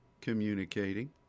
communicating